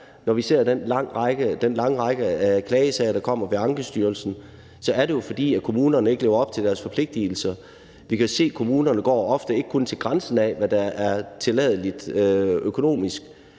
Når vi ser den lange række af klagesager, der kommer ved Ankestyrelsen, er det jo, fordi kommunerne ikke lever op til deres forpligtigelser. Vi kan jo se, at kommunerne ofte ikke kun går til grænsen af, hvad der er tilladeligt økonomisk